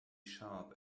sharp